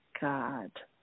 god